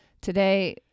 Today